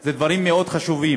אל תפריעי